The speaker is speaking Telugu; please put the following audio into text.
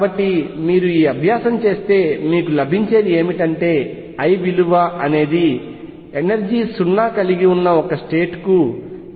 కాబట్టి మీరు ఈ అభ్యాసం చేస్తే మీకు లభించేది ఏమిటంటే l విలువ అనేది ఎనర్జీ 0 కలిగి ఉన్న ఒక స్టేట్ కు 13